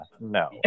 No